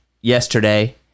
yesterday